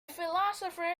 philosopher